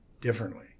differently